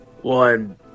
One